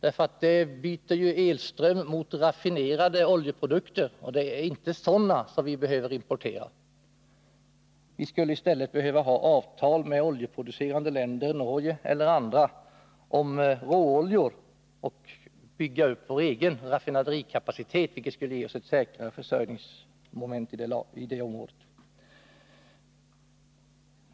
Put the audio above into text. Enligt det byter vi elström mot raffinerade oljeprodukter, och det är inte sådana vi behöver i Sverige. Vi skulle i stället behöva avtal med oljeproducerande länder, Norge eller andra, om råolja och bygga upp vår egen raffinaderikapacitet, vilket skulle ge oss ett säkrare försörjningsunderlag.